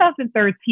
2013